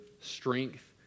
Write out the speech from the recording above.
strength